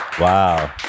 Wow